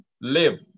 live